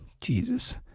Jesus